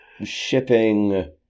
shipping